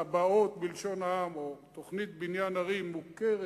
תב"עות בלשון העם, או תוכנית בניין עיר מוכרת,